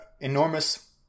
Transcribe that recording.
enormous